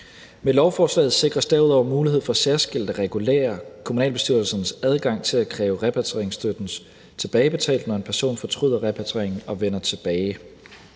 Med lovforslaget sikres derudover mulighed for særskilt at regulere kommunalbestyrelsens adgang til at kræve repatrieringsstøtten tilbagebetalt, når en person fortryder repatrieringen og vender tilbage.